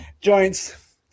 joints